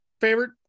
favorite